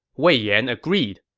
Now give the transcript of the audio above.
wei yan agreed.